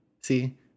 See